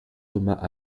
thomas